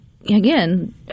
again